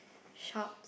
shop